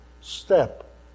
step